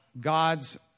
God's